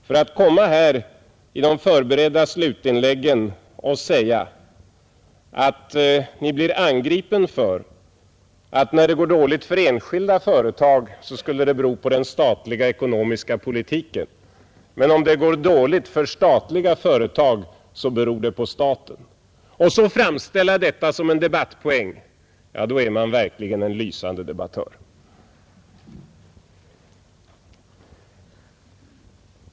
När man i de förberedda slutinläggen står och säger att man blir angripen därför att om det går dåligt för enskilda företag så beror detta på den statliga ekonomiska politiken, men om det går dåligt för statliga företag så beror det på staten, och framställer detta som en debattpoäng, ja, då är man verkligen en lysande debattör!